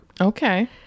Okay